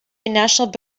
national